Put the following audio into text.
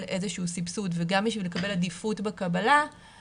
איזשהו סבסוד וגם בשביל לקבל עדיפות בקבלה,